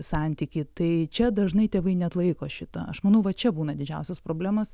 santykį tai čia dažnai tėvai neatlaiko šito aš manau va čia būna didžiausios problemos